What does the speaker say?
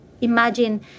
imagine